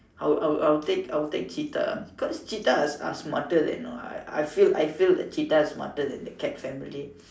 I would I would I would take I would take cheetah cause cheetah are are smarter then you know I feel I feel that cheetah are smarter than the cat family